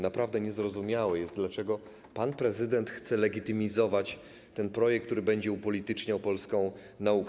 Naprawdę niezrozumiałe jest, dlaczego pan prezydent chce legitymizować ten projekt, który będzie upolityczniał polską naukę.